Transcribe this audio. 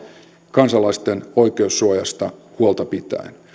kansalaisten oikeussuojasta huolta pitäen